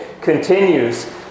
continues